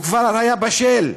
הוא כבר היה בשל,